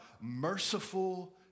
merciful